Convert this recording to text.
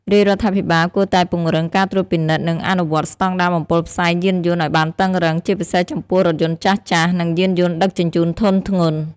រាជរដ្ឋាភិបាលគួរតែពង្រឹងការត្រួតពិនិត្យ និងអនុវត្តស្តង់ដារបំពុលផ្សែងយានយន្តឱ្យបានតឹងរ៉ឹង ជាពិសេសចំពោះរថយន្តចាស់ៗ និងយានយន្តដឹកជញ្ជូនធុនធ្ងន់។